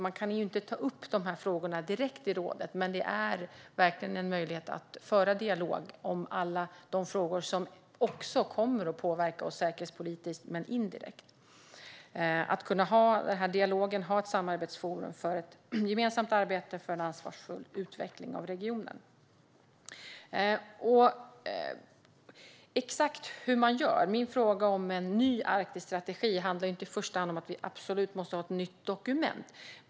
Man kan inte ta upp dessa frågor direkt i rådet, men det är verkligen en möjlighet att indirekt föra en dialog om alla de frågor som också kommer att påverka oss säkerhetspolitiskt och att ha ett samarbetsforum för ett gemensamt arbete för en ansvarsfull utveckling i regionen. När det gäller exakt hur man gör handlar min fråga om en ny Arktisstrategi inte i första hand om att vi absolut måste ha ett nytt dokument.